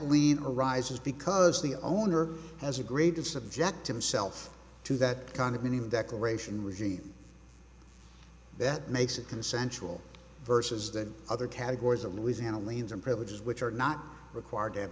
lead arises because the owner has agreed to subject himself to that condominium declaration regime that makes it consensual versus the other categories of louisiana liens and privileges which are not required to have